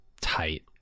tight